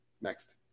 next